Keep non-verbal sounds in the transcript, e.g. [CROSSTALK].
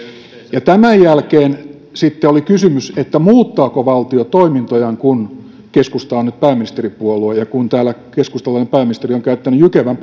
tämän jälkeen sitten oli kysymys että muuttaako valtio toimintojaan kun keskusta on nyt pääministeripuolue kun täällä keskustalainen pääministeri oli käyttänyt jykevän [UNINTELLIGIBLE]